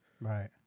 Right